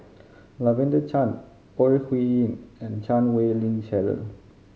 Lavender Chang Ore Huiying and Chan Wei Ling Cheryl